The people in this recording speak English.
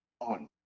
on